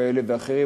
כאלה ואחרים,